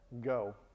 go